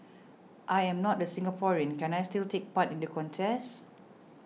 I am not a Singaporean can I still take part in the contest